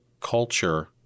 culture